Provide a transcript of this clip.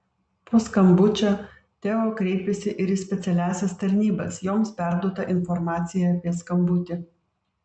po skambučio teo kreipėsi ir į specialiąsias tarnybas joms perduota informacija apie skambutį